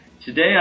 Today